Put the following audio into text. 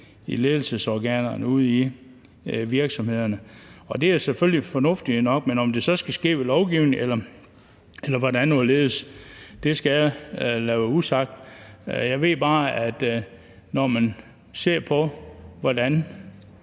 i ledelsesorganerne ude i virksomhederne. Det er selvfølgelig fornuftigt nok, men om det så skal ske ved lovgivning eller hvordan og hvorledes, skal jeg lade være usagt. Jeg ved bare, at når man ser på, hvordan